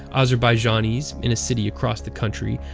azerbaijanis in a city across the country,